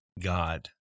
God